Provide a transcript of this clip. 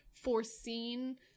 foreseen